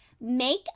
make